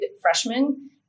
freshman